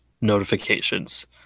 notifications